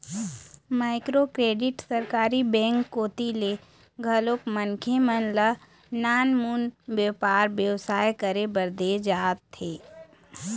micro credit सरकारी bank कोती ले घलोक मनखे मन ल नानमुन बेपार बेवसाय करे बर देय जाथे